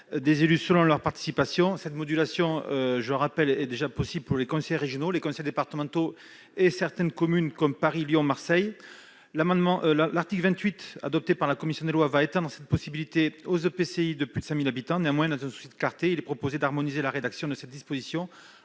des élus selon leur participation. Je rappelle que cette modulation est déjà possible dans les conseils régionaux, les conseils départementaux et certaines communes, comme Paris, Lyon et Marseille. L'article 28, adopté par la commission des lois, va étendre cette possibilité aux EPCI de plus de 100 000 habitants. Néanmoins, dans un souci de clarté, nous proposons d'harmoniser la rédaction de cette disposition